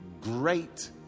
great